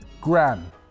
grand